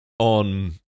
on